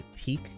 peak